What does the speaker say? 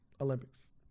Olympics